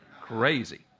Crazy